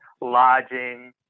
lodging